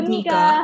Nika